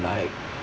like